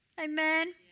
Amen